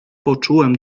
poczułem